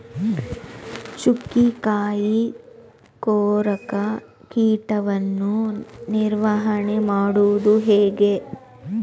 ಚುಕ್ಕಿಕಾಯಿ ಕೊರಕ ಕೀಟವನ್ನು ನಿವಾರಣೆ ಮಾಡುವುದು ಹೇಗೆ?